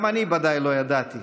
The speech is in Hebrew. גם אני ודאי לא ידעתי,